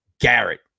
Garrett